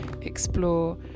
explore